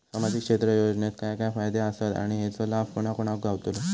सामजिक क्षेत्र योजनेत काय काय फायदे आसत आणि हेचो लाभ कोणा कोणाक गावतलो?